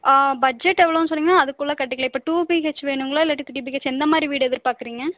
budget எவ்வளோன்னு சொன்னீங்கனால் அதுக்குள்ளே கட்டிக்கலாம் இப்போ டூ பிஹெச் வேணும்ங்களா இல்லாட்டி த்ரீ பிஹெச் எந்த மாதிரி வீடு எதிர்பாக்கிறிங்க